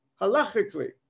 halachically